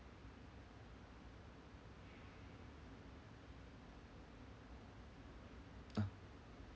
ah